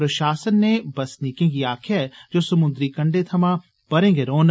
प्रषासन ने बसनीकें गी आक्खेआ ऐ जे ओ समुन्द्री कंपे थमां परें गै रौहन